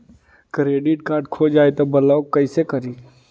Credit card खो जाए तो ब्लॉक कैसे करी?